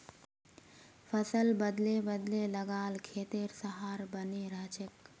फसल बदले बदले लगा ल खेतेर सहार बने रहछेक